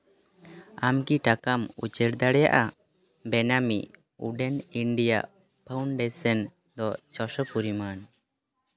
ᱟᱢ ᱠᱤ ᱴᱟᱠᱟᱢ ᱩᱪᱟᱹᱲ ᱫᱟᱲᱮᱭᱟᱜᱼᱟ ᱵᱮᱱᱟᱢᱤ ᱩᱰᱮᱱ ᱤᱱᱰᱤᱭᱟ ᱯᱷᱟᱣᱩᱱᱰᱮᱥᱮᱱ ᱫᱚ ᱪᱷᱚ ᱥᱚ ᱯᱚᱨᱤᱢᱟᱱ